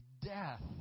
death